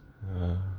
uh